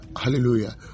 Hallelujah